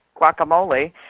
guacamole